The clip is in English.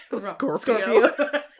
Scorpio